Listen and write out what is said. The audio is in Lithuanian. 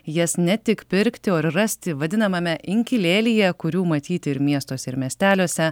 jas ne tik pirkti o ir rasti vadinamame inkilėlyje kurių matyti ir miestuose ir miesteliuose